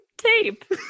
tape